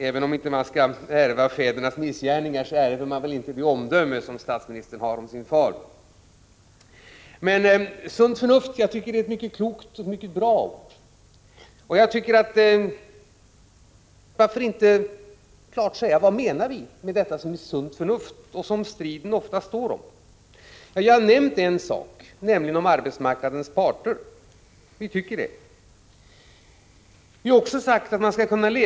Även om man inte skall ärva fädernas missgärningar, ärver man väl inte det omdöme som statsministern har om ens far. Statsministern talade om sunt förnuft. Jag tycker att det är ett mycket klokt och bra uttryck. Varför inte klart säga vad vi menar är sunt förnuft, det som striden ofta står om? Jag har nämnt en sak, nämligen att arbetsmarknadens parter måste ta sitt ansvar. Vi tycker att det är sunt förnuft.